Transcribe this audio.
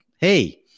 hey